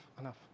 enough